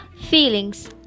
feelings